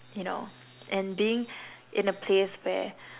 you know and being in the place where